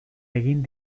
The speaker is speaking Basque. egin